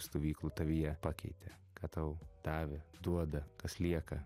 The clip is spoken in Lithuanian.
stovyklų tavyje pakeitė ką tau davė duoda kas lieka